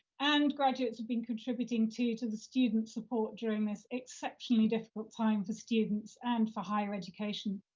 and graduates have been contributing too to the student support during this exceptionally difficult time for students and for higher education.